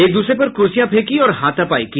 एक दूसरे पर कुर्सायां फेंकी और हाथापाई की